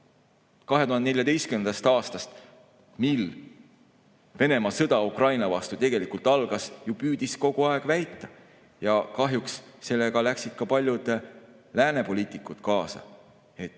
2014. aastast, mil Venemaa sõda Ukraina vastu tegelikult algas, püüdis kogu aeg väita. Kahjuks sellega läksid ka paljud lääne poliitikud kaasa.